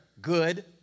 good